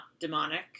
demonic